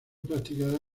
practicada